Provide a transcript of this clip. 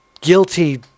guilty